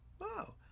Wow